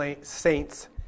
saints